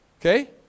Okay